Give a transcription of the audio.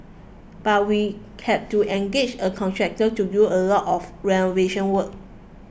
but we had to engage a contractor to do a lot of renovation work